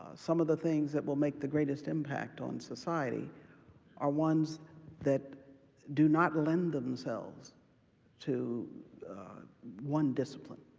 some of the things that will make the greatest impact on society are ones that do not lend themselves to one discipline,